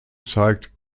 zeigt